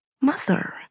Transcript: Mother